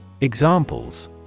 Examples